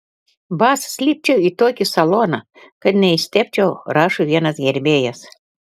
basas lipčiau į tokį saloną kad neištepčiau rašo vienas gerbėjas